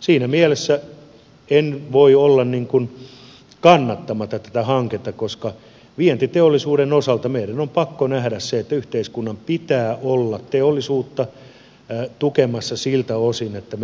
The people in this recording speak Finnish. siinä mielessä en voi olla kannattamatta tätä hanketta koska vientiteollisuuden osalta meidän on pakko nähdä se että yhteiskunnan pitää olla teollisuutta tukemassa siltä osin että